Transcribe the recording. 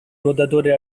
nuotatore